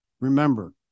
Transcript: Remember